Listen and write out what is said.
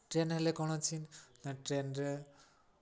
ଟ୍ରେନ୍ରେ ହେଲେ କ'ଣ ଅଛି ନା ଟ୍ରେନ୍ରେ